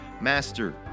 Master